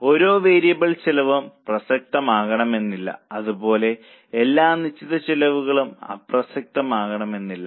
ഓരോ വേരിയബിൾ ചെലവും പ്രസക്തമാകണമെന്നില്ല അതുപോലെ എല്ലാ നിശ്ചിത ചെലവുകളും അപ്രസക്തമാകണമെന്നില്ല